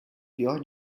pior